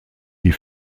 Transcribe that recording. die